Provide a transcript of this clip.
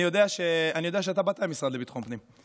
אני יודע שאתה באת מהמשרד לביטחון פנים,